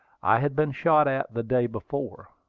i had been shot at the day before.